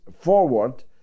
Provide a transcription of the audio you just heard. forward